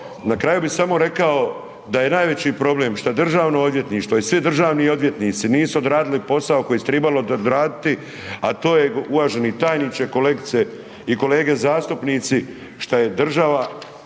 Na kraju bi samo rekao da je najveći problem što Državno odvjetništvo i svi državni odvjetnici nisu odradili posao koji su trebali odraditi a to je uvaženi tajniče, kolegice i kolege zastupnici, šta je država koruptivna